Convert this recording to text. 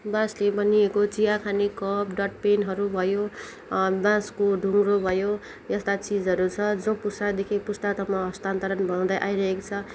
बाँसले बनिएको चियाखाने कप डटपेनहरू भयो बाँसको ढुङ्रो भयो यस्ता चिजहरू छ जो पुस्तादेखि पुस्तासम्म हस्तान्तरण हुँदै आइरहेको छ